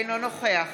אינו נוכח